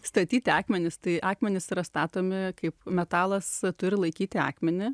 statyti akmenys tai akmenys yra statomi kaip metalas turi laikyti akmenį